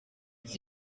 iki